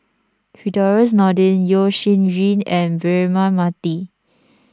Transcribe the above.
Firdaus Nordin Yeo Shih Yun and Braema Mathi